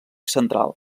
central